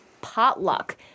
potluck